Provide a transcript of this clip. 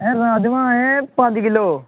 एह् राजमांह् ऐ पंज किलो